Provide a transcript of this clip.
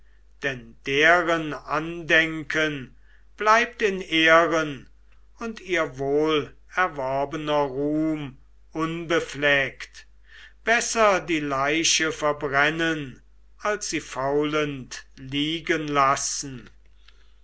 denn deren andenken bleibt in ehren und ihr wohlerworbener ruhm unbefleckt besser die leiche verbrennen als sie faulend liegen lassen